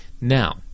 Now